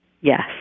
Yes